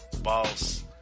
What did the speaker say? Boss